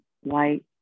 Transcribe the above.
white